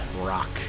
rock